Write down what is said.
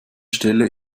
stelle